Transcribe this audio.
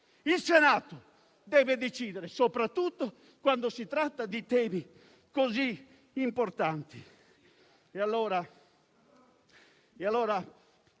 il Senato, soprattutto quando si tratta di temi così importanti.